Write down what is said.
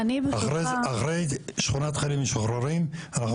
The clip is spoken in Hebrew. אחרי שכונת חיילים משוחררים אנחנו